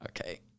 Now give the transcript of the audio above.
Okay